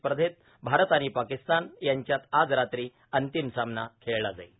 स्पर्धेत भारत आणि पाकिस्तान यांच्यात आज रात्री अंतिम सामना खेळला जाईल